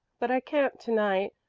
but i can't to-night.